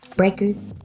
Breakers